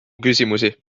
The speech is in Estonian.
küsimusi